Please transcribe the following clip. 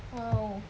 how